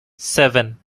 seven